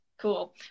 Cool